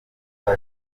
niba